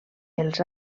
els